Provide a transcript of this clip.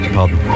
pardon